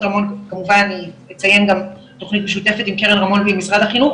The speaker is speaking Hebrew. אות רמון כמובן אני אציין גם תוכנית משותפת עם קרן רמון ועם משרד החינוך